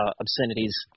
obscenities